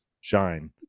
shine